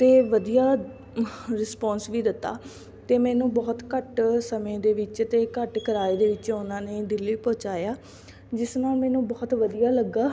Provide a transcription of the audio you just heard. ਅਤੇ ਵਧੀਆ ਰਿਸਪਾਂਸ ਵੀ ਦਿੱਤਾ ਅਤੇ ਮੈਨੂੰ ਬਹੁਤ ਘੱਟ ਸਮੇਂ ਦੇ ਵਿੱਚ ਅਤੇ ਘੱਟ ਕਿਰਾਏ ਦੇ ਵਿੱਚ ਉਹਨਾਂ ਨੇ ਦਿੱਲੀ ਪਹੁੰਚਾਇਆ ਜਿਸ ਨਾਲ ਮੈਨੂੰ ਬਹੁਤ ਵਧੀਆ ਲੱਗਾ